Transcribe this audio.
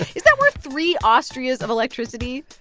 is that worth three austrias of electricity?